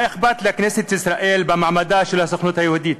מה אכפת לכנסת ישראל מעמדה של הסוכנות היהודית?